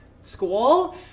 school